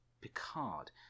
Picard